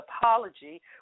apology